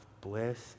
bliss